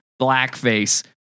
Blackface